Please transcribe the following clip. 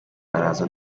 baraza